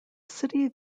city